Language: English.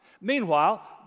Meanwhile